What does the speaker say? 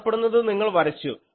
കാണപ്പെടുന്നത് നിങ്ങൾ വരച്ചു